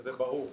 וזה ברור.